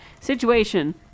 Situation